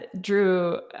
Drew